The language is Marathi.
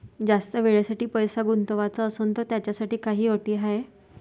जास्त वेळेसाठी पैसा गुंतवाचा असनं त त्याच्यासाठी काही अटी हाय?